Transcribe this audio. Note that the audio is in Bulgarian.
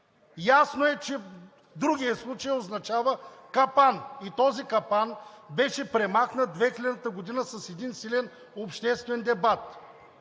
Ясно е, че другият случай означава капан и този капан беше премахнат 2000 г. с един силен обществен дебат.